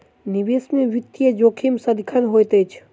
निवेश में वित्तीय जोखिम सदिखन होइत अछि